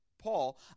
Paul